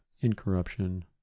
incorruption